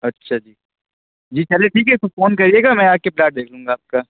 اچھا جی جی چلیے ٹھیک ہے تو فون کریے گا میں آ کے پلاٹ دیکھ لوں گا آپ کا